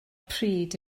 pryd